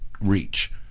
reach